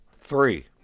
Three